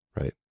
right